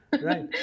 Right